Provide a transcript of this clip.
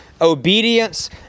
obedience